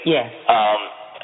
Yes